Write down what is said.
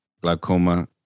glaucoma